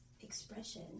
expression